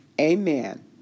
Amen